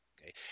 Okay